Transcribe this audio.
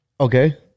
Okay